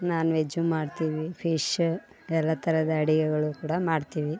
ನಾನ್ veg ಮಾಡ್ತೀವಿ fish ಎಲ್ಲ ಥರದ ಅಡುಗೆಗಳು ಕೂಡ ಮಾಡ್ತೀವಿ